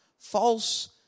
False